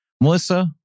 Melissa